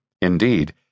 Indeed